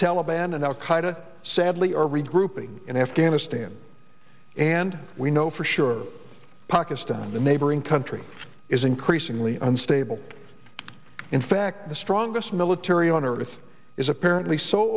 taliban and al qaida sadly are regrouping in afghanistan and we know for sure pakistan the neighboring country is increasingly unstable in fact the strongest military on earth is apparently so